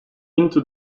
into